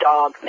Dog